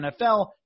NFL